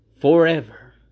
forever